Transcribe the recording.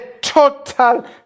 total